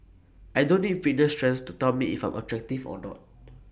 I don't need fitness trends to tell me if I'm attractive or not